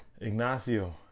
Ignacio